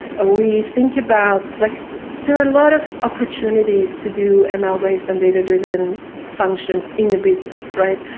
ah we think about, like there are a lot of opportunities to do and ml base and data-driven functions in a business, right?